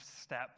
step